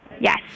Yes